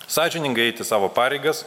sąžiningai eiti savo pareigas